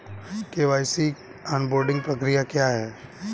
KYC onboarding प्रक्रिया क्या है?